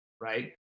right